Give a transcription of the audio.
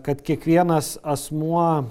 kad kiekvienas asmuo